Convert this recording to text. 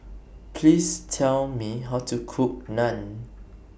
Please Tell Me How to Cook Naan